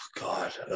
God